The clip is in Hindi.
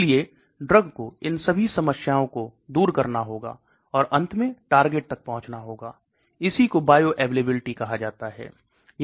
इसलिए ड्रग को इन सभी समस्याओं को दूर करना होगा और अंत में टारगेट तक पहुंचना होगा इसी को बायो अवेलेबिलिटी कहा जाता है